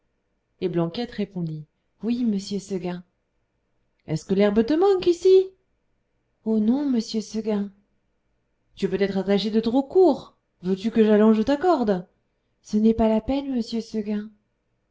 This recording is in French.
et blanquette répondit oui monsieur seguin est-ce que l'herbe te manque ici oh non monsieur seguin tu es peut-être attachée de trop court veux-tu que j'allonge la corde ce n'est pas la peine monsieur seguin